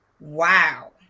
wow